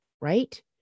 right